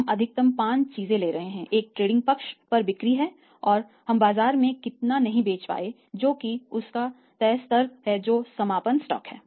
हम अधिकतम 5 चीजें ले रहे हैं एक क्रेडिट पक्ष पर बिक्री है और हम बाजार में कितना नहीं बेच पाए हैं जोकि उसका तय स्तर है जो समापन स्टॉक है